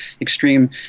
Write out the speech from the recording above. extreme